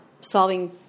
solving